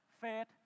faith